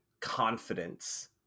confidence